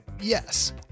yes